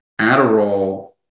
Adderall